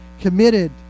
committed